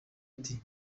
ati